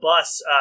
bus